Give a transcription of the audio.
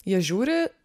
jie žiūri